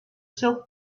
still